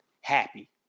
happy